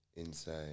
inside